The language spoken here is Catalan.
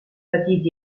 petit